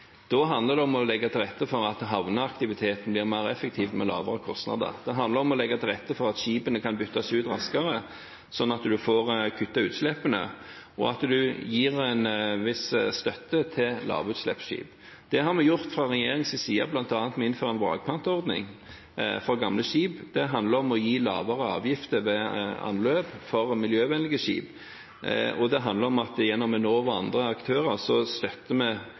Da handler det om å legge til rette for at havneaktiviteten blir mer effektiv med lavere kostnader. Det handler om å legge til rette for at skipene kan byttes ut raskere, slik at vi får kuttet utslippene, og at det gis en viss støtte til lavutslippsskip. Det har vi fra regjeringens side gjort, bl.a. ved å innføre en vrakpantordning for gamle skip. Det handler om å gi miljøvennlige skip lavere avgifter ved anløp, og det handler om at gjennom Enova og andre aktører støtter vi